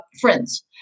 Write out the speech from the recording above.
Friends